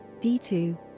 d2